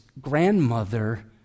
grandmother